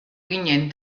ginen